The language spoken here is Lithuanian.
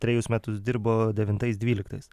trejus metus dirbo devintais dvyliktais